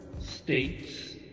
states